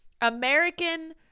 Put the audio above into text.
American